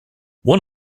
one